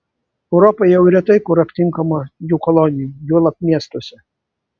europoje jau retai kur aptinkama jų kolonijų juolab miestuose